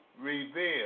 reveal